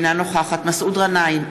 אינה נוכחת מסעוד גנאים,